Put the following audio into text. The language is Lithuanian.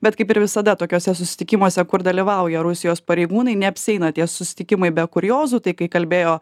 bet kaip ir visada tokiuose susitikimuose kur dalyvauja rusijos pareigūnai neapsieina tie susitikimai be kuriozų tai kai kalbėjo